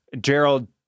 Gerald